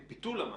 את ביטול המס.